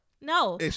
No